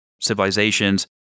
civilizations